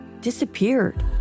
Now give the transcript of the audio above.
disappeared